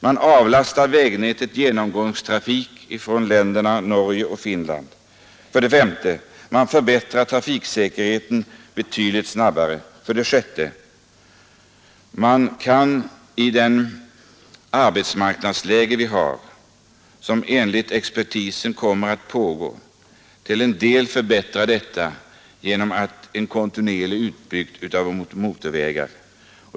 Man avlastar vägnätet genomgångstrafik från Norge och Finland. 6. Det arbetsmarknadsläge som vi har — och som enligt expertisen kommer att pågå — kan till en del förbättras genom en kontinuerlig utbyggnad av motorvägar.